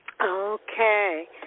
Okay